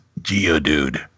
Geodude